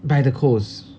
by the coast